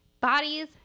bodies